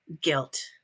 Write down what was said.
Guilt